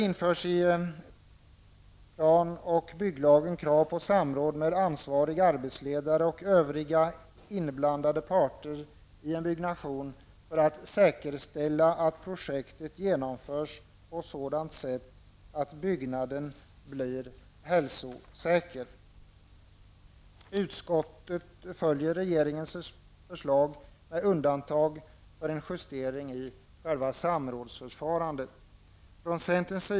I plan och bygglagen införs krav på samråd med ansvarig arbetsledare och övriga i ett byggprojekt inblandade parter för att säkerställa att projektet genomförs på sådant sätt att byggnaden blir hälsosäker. Utskottet följer regeringens förslag med undantag för en justering i själva samrådsförfarandet.